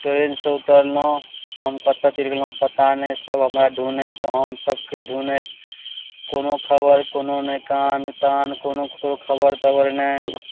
train से उतरलहुॅं हम कतऽ चलि गेलहुॅं पता नहि सब हमरा ढूढ़ैत हमसबके ढूढ़ैत कोनो खबर कोनो नहि कान कान कोनो खबर तबर नहि